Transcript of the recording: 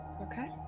Okay